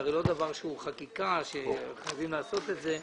זה הרי לא דבר שהוא חקיקה שחייבים לעשות את זה,